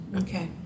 Okay